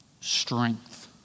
strength